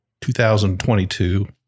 2022